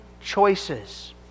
choices